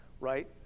right